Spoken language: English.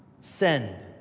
Send